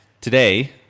today